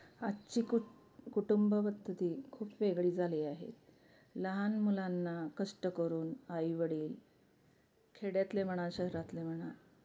आजची कुट कुटुंब पद्धती खूप वेगळी झाली आहे लहान मुलांना कष्ट करून आईवडील खेड्यातले म्हणा शहरातले म्हणा